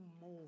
more